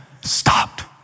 stopped